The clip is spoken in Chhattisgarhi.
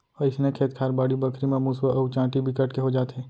अइसने खेत खार, बाड़ी बखरी म मुसवा अउ चाटी बिकट के हो जाथे